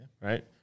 right